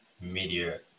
Media